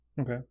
Okay